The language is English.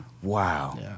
Wow